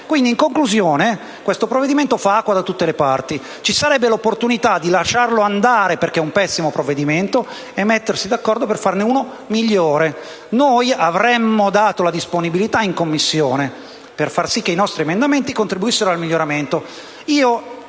In conclusione, questo provvedimento fa acqua da tutte le parti. Ci sarebbe l'opportunità di lasciarlo andare, perché è un pessimo provvedimento, e mettersi d'accordo per farne uno migliore. Noi avremmo dato la disponibilità in Commissione a far sì che i nostri emendamenti contribuissero al miglioramento.